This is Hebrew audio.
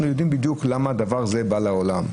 אנחנו יודעים בדיוק למה הדבר הזה בא לעולם.